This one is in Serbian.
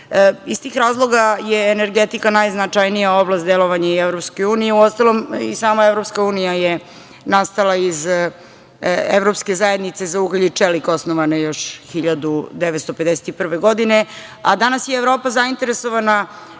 tih razloga je energetika najznačajnija oblast delovanja i EU. Uostalom, i sama EU je nastala iz Evropske zajednice za ugalj i čelik. Osnovana je još 1951. godine, a danas je Evropa zainteresovana